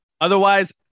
Otherwise